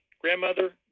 Grandmother